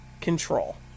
control